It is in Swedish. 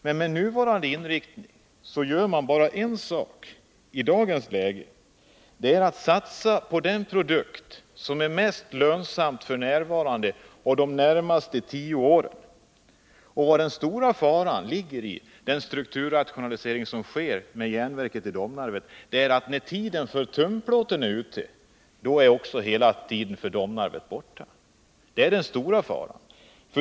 Men med nuvarande inriktning gör man bara en sak i dagens läge. Det är att satsa på den produkt som är mest lönsam f. n. och de närmaste tio åren. Den stora faran i den strukturrationalisering som sker vid Domnarvets Jernverk är att när tiden för tunnplåten är ute, då är tiden ute också för Domnarvet.